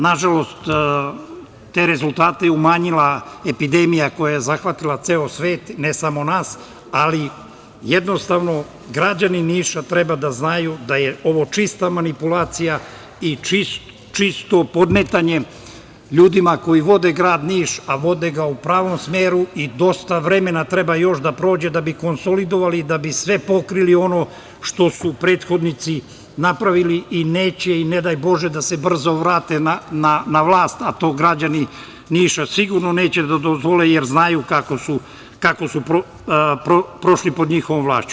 Nažalost, te rezultate umanjila je epidemija koja je zahvatila ceo svet, ne samo nas, ali jednostavno građani Niša treba da znaju da je ovo čista manipulacija i čisto podmetanje ljudima koji vode grad Niš, a vode ga u pravom smeru i dosta vremena treba još da prođe da bi konsolidovali da bi sve pokrili i ono što su prethodnici napravili i neće i ne daj Bože da se brzo vrate na vlast, a to građani Niša sigurno neće dozvoliti, jer znaju kako su prošli pod njihovom vlašću.